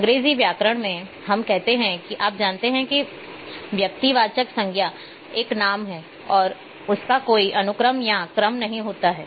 अंग्रेजी व्याकरण में हम कहते हैं कि आप जानते हैं कि व्यक्तिवाचक संज्ञा एक नाम है और उसका कोई अनुक्रम या क्रम नहीं हो सकता है